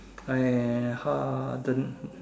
!ai! harden